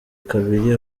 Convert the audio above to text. kabiri